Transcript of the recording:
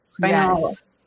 Yes